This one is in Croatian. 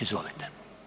Izvolite.